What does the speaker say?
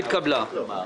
הרוויזיה לא נתקבלה.